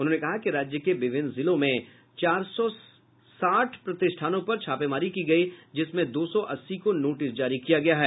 उन्होंने कहा कि राज्य के विभिन्न जिलों में चार सौ साठ प्रतिष्ठानों पर छापेमारी की गयी जिसमें दो सौ अस्सी को नोटिस जारी किया गया है